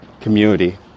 community